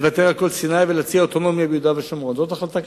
לוותר על כל סיני ולהציע אוטונומיה ביהודה ושומרון זו החלטה קשה.